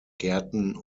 gärten